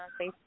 Facebook